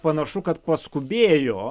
panašu kad paskubėjo